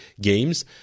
games